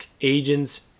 agents